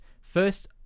first